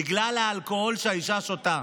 בגלל האלכוהול שהאישה שותה.